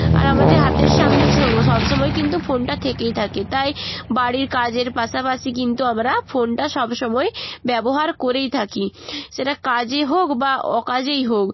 আর আমাদের হাতের সামনে সব সময় কিন্তু ফোনটা থেকেই থাকে তাই বাড়ির কাজের পাশাপাশি কিন্তু আমরা ফোনটা সব সময় ব্যবহার করেই থাকি সেটা কাজে হোক বা অকাজেই হোক